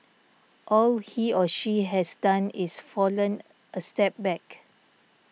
all he or she has done is fallen a step back